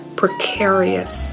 precarious